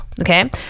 okay